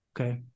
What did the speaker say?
okay